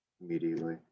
immediately